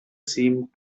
seemed